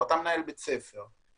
או מנהל בית ספר,